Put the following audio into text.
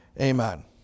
Amen